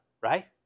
right